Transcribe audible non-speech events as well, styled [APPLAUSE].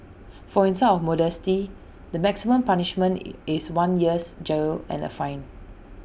for insult of modesty the maximum punishment [NOISE] is one year's jail and A fine